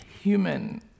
human